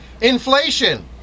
inflation